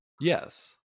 Yes